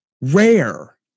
rare